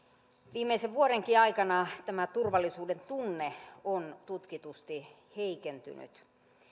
viimeisen vuodenkin aikana tämä turvallisuudentunne on tutkitusti heikentynyt